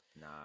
Nah